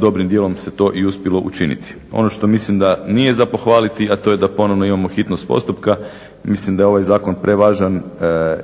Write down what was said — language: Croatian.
dobrim dijelom se to i uspjelo učiniti. Ono što mislim da nije za pohvaliti, a to je da ponovno imamo hitnost postupka. Mislim da je ovaj zakon prevažan.